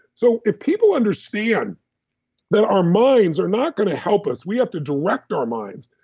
so if people understand that our minds are not going to help us, we have to direct our minds,